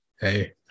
Hey